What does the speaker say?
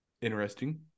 Interesting